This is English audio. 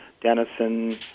Denison